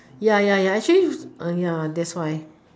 ya ya ya actually ya that's why